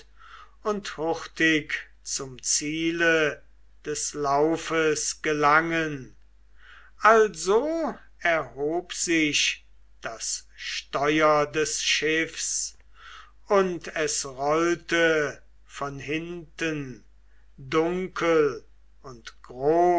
und hurtig zum ziele des laufes gelangen also erhob sich das steuer des schiffs und es rollte von hinten dunkel und